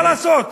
מה לעשות,